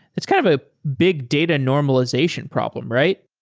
it's kind of a big data normalization problem, right?